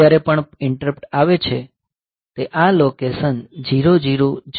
અને જ્યારે પણ ઇન્ટરપ્ટ આવે છે તે આ લોકેશન 000B પર આવશે